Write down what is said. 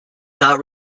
not